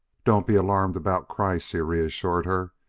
don't be alarmed about kreiss, he reassured her.